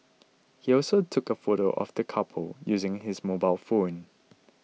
he also took a photo of the couple using his mobile phone